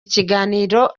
ikiganiro